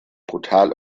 brutal